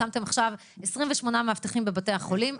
שמתם עכשיו 28 מאבטחים בבתי החולים,